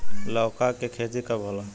लौका के खेती कब होला?